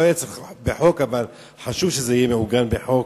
לא היה צריך בחוק, אבל חשוב שזה יהיה מעוגן בחוק,